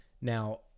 Now